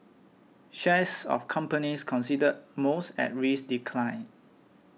shares of companies considered most at risk declined